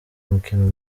mukino